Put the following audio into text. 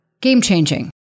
game-changing